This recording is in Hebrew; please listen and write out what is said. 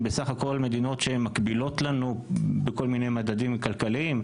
בסך הכול מדינות שהן מקבילות לנו בכל מיני מדדים כלכליים.